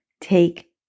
take